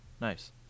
Nice